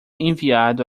enviado